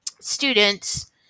students